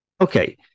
okay